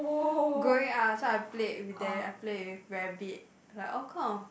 going out so I played with them I play with rabbit like all kind of